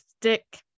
stick